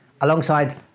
alongside